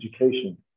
Education